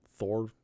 Thor